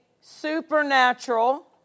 supernatural